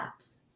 apps